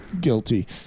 Guilty